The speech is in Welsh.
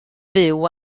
fyw